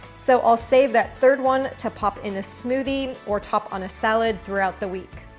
so i'll save that third one to pop in a smoothie or top on a salad throughout the week.